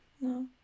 No